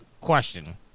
question